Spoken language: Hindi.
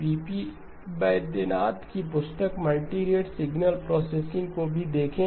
P P Vaidyanathan P P Vaidyanathan's की पुस्तक मल्टीरेट सिग्नल प्रोसेसिंग को भी देखें